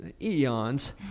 eons